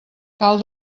cal